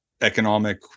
economic